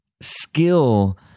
skill